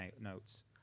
notes